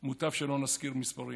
מוטב שלא נזכיר מספרים.